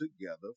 together